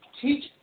teach